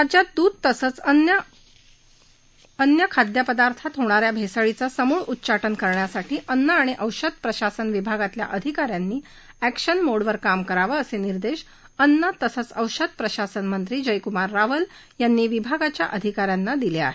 राज्यात दूध तसंच विर अन्न पदार्थातल्या होणाऱ्या भेसळीचं समुळ उच्चाटन करण्यासाठी अन्न आणि औषध प्रशासन विभागातल्या अधिकाऱ्यांनी अॅक्शन मोडवर काम करावं असे निर्देश अन्न तसंच औषध प्रशासन मंत्री जयकुमार रावल यांनी विभागाच्या अधिकाऱ्यांना दिले आहेत